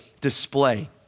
display